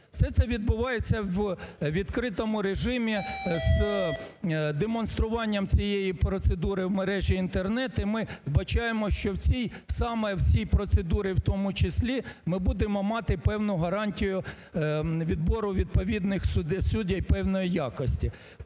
Все це відбувається у відкритому режимі з демонструванням цієї процедури в мережі Інтернет. І ми вбачаємо, що в цій саме в цій процедурі в тому числі ми будемо мати певну гарантію відбору відповідних суддів певної якості.